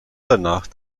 danach